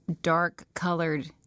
dark-colored